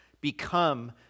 become